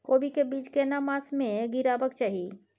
कोबी के बीज केना मास में गीरावक चाही?